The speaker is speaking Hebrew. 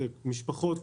זה משפחות,